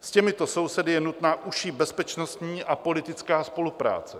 S těmito sousedy je nutná užší bezpečnostní a politická spolupráce.